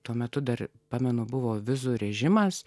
tuo metu dar pamenu buvo vizų režimas